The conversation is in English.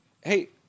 hey